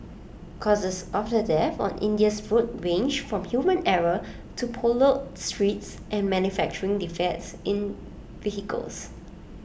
causes of the deaths on India's roads range from human error to potholed streets and manufacturing defects in vehicles